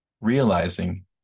realizing